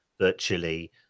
virtually